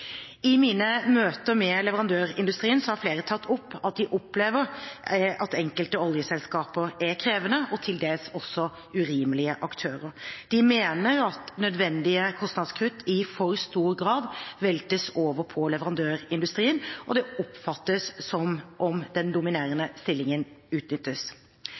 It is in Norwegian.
I mine møter med leverandørindustrien har flere tatt opp at de opplever enkelte oljeselskaper som krevende og til dels også urimelige aktører. De mener at nødvendige kostnadskutt i for stor grad veltes over på leverandørindustrien, og det oppfattes som om den dominerende stillingen utnyttes.